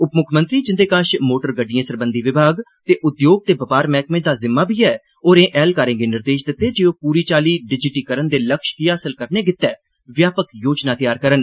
उपमुक्खमंत्री जिन्दे कश मोटर गड्डिए सरबंधी विभाग ते उद्योग ते बपार मैहकमें दा जिम्मा बी ऐ होरें ऐहलकारें गी निर्देश दिते जे ओह् पूरी चाल्ली डिजीटिकरण दे लक्ष्य गी हासल करने लेई व्यापक योजना तैयार करन